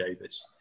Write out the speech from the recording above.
Davis